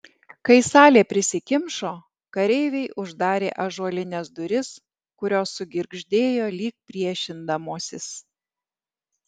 kai salė prisikimšo kareiviai uždarė ąžuolines duris kurios sugirgždėjo lyg priešindamosis